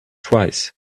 twice